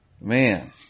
Man